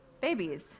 babies